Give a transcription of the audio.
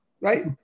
right